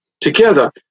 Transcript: together